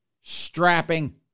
strapping